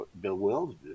bewildered